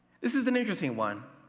this is an interesting one,